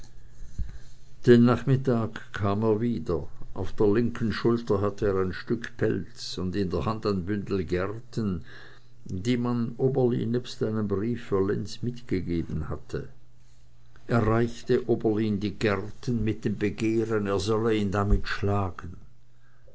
den nachmittag kam er wieder auf der linken schulter hatte er ein stück pelz und in der hand ein bündel gerten die man oberlin nebst einem briefe für lenz mitgegeben hatte er reichte oberlin die gerten mit dem begehren er sollte ihn damit schlagen